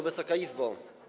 Wysoka Izbo!